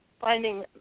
finding